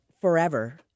forever